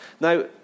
now